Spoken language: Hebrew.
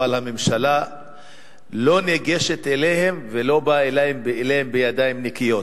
אבל הממשלה לא ניגשת אליהם ולא באה אליהם בידיים נקיות.